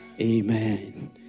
Amen